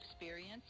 experience